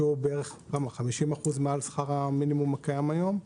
שהוא כ-50% מעל שכר המינימום הקיים היום.